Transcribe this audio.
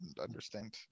understand